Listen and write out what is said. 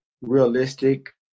realistic